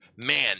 Man